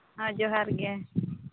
ᱦᱚᱸ ᱡᱚᱦᱟᱨ ᱜᱮ